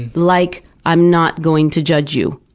like i'm not going to judge you,